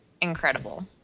incredible